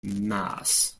mass